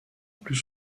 plus